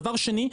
דבר שני,